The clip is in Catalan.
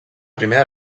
primera